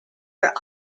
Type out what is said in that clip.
are